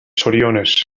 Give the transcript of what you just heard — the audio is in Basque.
zorionez